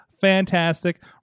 fantastic